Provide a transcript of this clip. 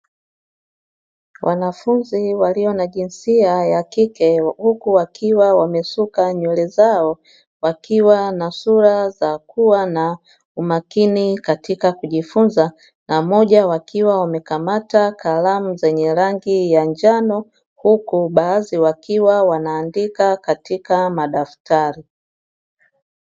Wanafunzi walio na jinsia ya kike wa huku akiwa wamesuka nywele zao wakiwa na sura za kuwa na umakini katika kujifunza; pamoja wakiwa wamekamata kalamu zenye rangi ya njano, huku baadhi wakiwa wanaandika katika madaftari.